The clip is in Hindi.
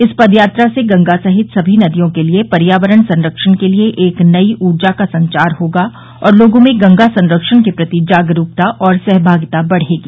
इस पद यात्रा से गंगा सहित सभी नदियों के लिये पर्यावरण संरक्षण के लिये एक नई ऊर्जा का संचार होगा और लोगों में गंगा संख्कण के प्रति जागरूकता व सहमागिता बढ़ेगी